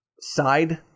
side